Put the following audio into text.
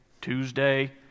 Tuesday